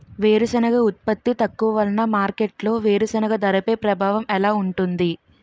వేరుసెనగ ఉత్పత్తి తక్కువ వలన మార్కెట్లో వేరుసెనగ ధరపై ప్రభావం ఎలా ఉంటుంది?